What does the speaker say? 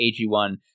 AG1